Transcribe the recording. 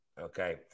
Okay